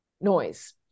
noise